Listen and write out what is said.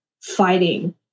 fighting